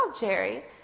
Jerry